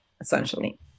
essentially